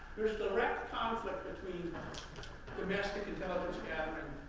there's direct conflict between domestic intelligence gathering,